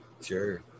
sure